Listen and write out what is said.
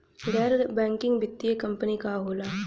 गैर बैकिंग वित्तीय कंपनी का होला?